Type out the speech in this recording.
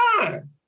time